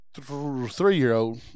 three-year-old